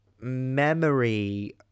memory